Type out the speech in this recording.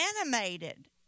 animated